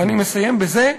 אני מסיים בזה.